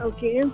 Okay